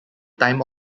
time